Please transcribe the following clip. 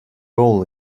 all